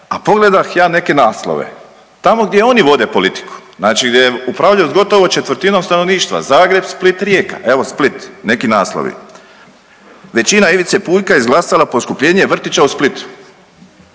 A pogledah ja neke naslove, tamo gdje oni vode politiku znači gdje upravljaju s gotovo četvrtinom stanovništva Zagreb, Split, Rijeka. Evo Split neki naslovi, „Većina Ivice Puljka izglasala poskupljenje vrtića u Splitu“